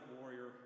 warrior